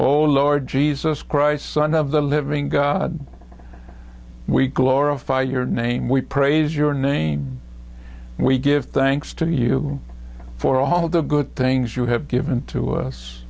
oh lord jesus christ son of the living god we glorify your name we praise your name we give thanks to you for all of the good things you have given to us